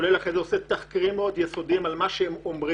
כולל תחקירים שאני עורך אחר כך על מה שהם אומרים